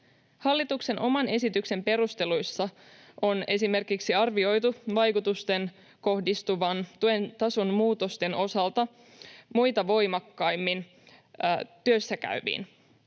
Hallituksen oman esityksen perusteluissa on esimerkiksi arvioitu vaikutusten kohdistuvan tuen tason muutosten osalta muita voimakkaimmin työssäkäyviin.